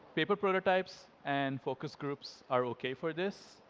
paper prototypes and focus groups are okay for this.